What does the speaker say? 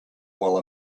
while